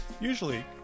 Usually